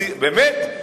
באמת,